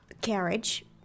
carriage